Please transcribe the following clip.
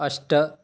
अष्ट